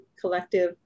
collective